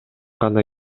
гана